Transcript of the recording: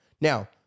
Now